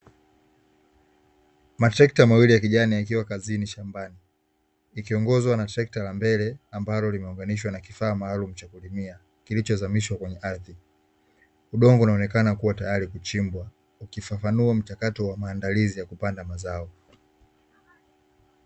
Matrekta mawili ya kijani yakiwa kazini shambani, yakiongozwa na trekta la mbele ambalo limeunganishwa na kifaa cha kulimia kilichozamishwa kwenye ardhi, udongo unaonekana kuwa tayari kuchimbwa ukifafanua mchakato wa maandalizi ya kupanda mazao.